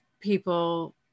people